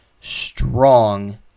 strong